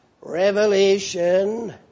Revelation